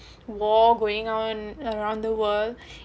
war going on around the world